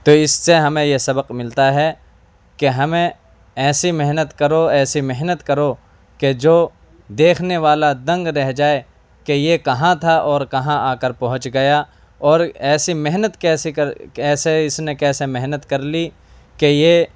تو اس سے ہمیں یہ سبق ملتا ہے کہ ہمیں ایسی محنت کرو ایسی محنت کرو کہ جو دیکھنے والا دنگ رہ جائے کہ یہ کہاں تھا اور کہاں آ کر پہنچ گیا اور ایسی محنت کیسے کر اس نے کیسے محنت کر لی کہ یہ